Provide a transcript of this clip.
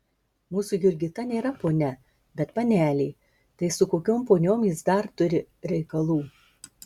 mūsų jurgita nėra ponia bet panelė tai su kokiom poniom jis dar turi reikalų